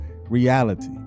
reality